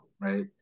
right